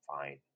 fine